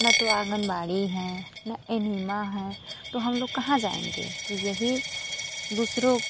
ना तो आँगनबाड़ी हैं ना एनिमा है तो हम लोग कहाँ जाएँगे तो यही दुसरों